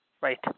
right